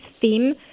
theme